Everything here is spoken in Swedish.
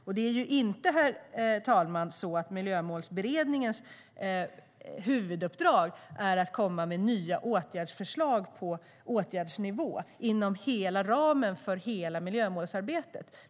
Det är inte så, herr talman, att Miljömålsberedningens huvuduppdrag är att komma med nya förslag på åtgärdsnivå inom hela ramen för hela miljömålsarbetet.